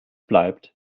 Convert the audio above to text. bleibt